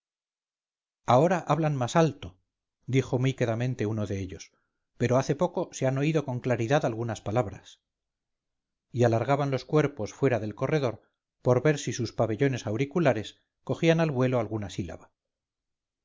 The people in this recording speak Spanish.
ahora hablan más bajo dijo muy quedamente uno de ellos pero hace poco se han oído con claridad algunas palabras y alargaban los cuerpos fuera del corredor por ver si sus pabellones auriculares cogían al vuelo alguna sílaba